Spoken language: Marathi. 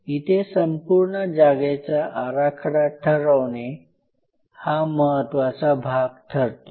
इथे संपूर्ण जागेचा आराखडा ठरवणे हा महत्त्वाचा भाग ठरतो